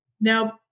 Now